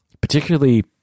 particularly